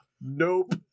nope